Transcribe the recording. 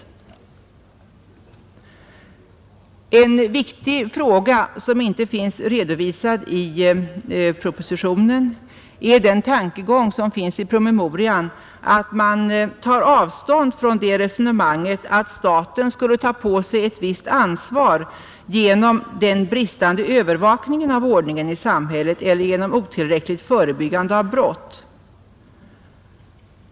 En viktig sak som inte finns redovisad i propositionen är en tankegång som återfinns i promemorian: man tar avstånd från resonemanget att staten skulle ta på sig ett visst ansvar genom den bristande övervakningen av ordningen i samhället eller genom otillräckligt förebyggande av brott.